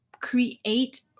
create